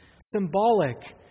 symbolic